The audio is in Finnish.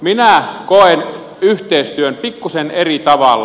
minä koen yhteistyön pikkusen eri tavalla